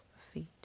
feet